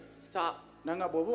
stop